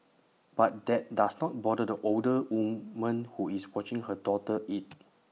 but that does not bother the older woman who is watching her daughter eat